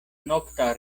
nokta